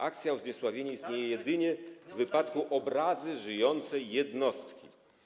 Akcja o zniesławienie istnieje jedynie w wypadku obrazy żyjącej jednostki.